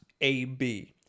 AB